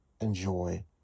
enjoy